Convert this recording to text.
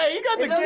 ah you got the